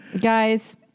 guys